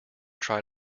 try